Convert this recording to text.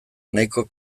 nahiko